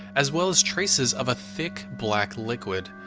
as well as traces of a thick black liquid.